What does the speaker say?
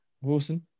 Wilson